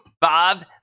Bob